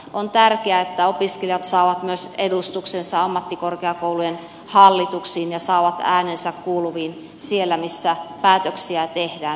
on tärkeää että opiskelijat saavat myös edustuksensa ammattikorkeakoulujen hallituksiin ja äänensä kuuluviin siellä missä päätöksiä tehdään